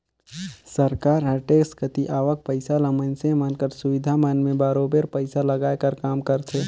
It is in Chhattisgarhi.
सरकार हर टेक्स कती आवक पइसा ल मइनसे मन कर सुबिधा मन में बरोबेर पइसा लगाए कर काम करथे